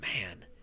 man